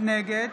נגד